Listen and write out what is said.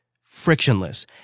frictionless